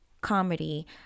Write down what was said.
comedy